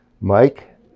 Mike